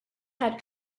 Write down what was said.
had